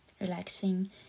relaxing